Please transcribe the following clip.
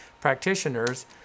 practitioners